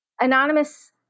Anonymous